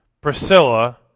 Priscilla